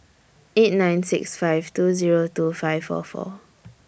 eight nine six five two Zero two five four four